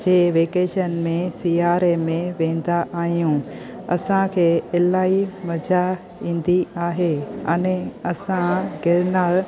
जे vacation में सियारे में वेंदा आहियूं असांखे इलाही मज़ा ईंदी आहे अने असां गिरनार